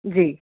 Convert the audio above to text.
جی